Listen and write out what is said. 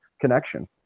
connection